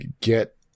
get